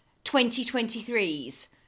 2023's